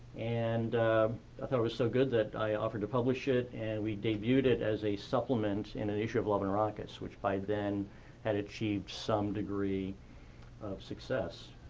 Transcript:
and i thought it was so good that i offered to publish it, and we debuted it as a supplement in an issue of love and rockets which by then had achieved some degree of success.